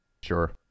Sure